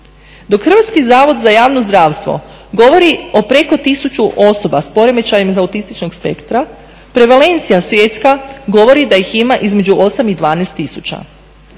Dok Hrvatski zavod za javno zdravstvo govori o preko 1000 osoba s poremećajima iz autističnog spektra prevalencija svjetska govori da ih ima između 8 i 12 tisuća.